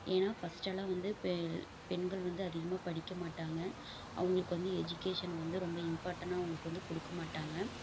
ஏன்னா ஃபர்ஸ்ட்டலாம் வந்து பெ பெண்கள் வந்து அதிகமாக படிக்க மாட்டாங்க அவுங்ளுக்கு வந்து எஜிகேஷன் வந்து ரொம்ப இம்பார்ட்டணா அவங்ளுக்கு வந்து கொடுக்க மாட்டாங்க